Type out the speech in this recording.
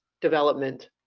development